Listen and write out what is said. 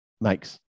makes